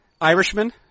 Irishman